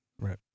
right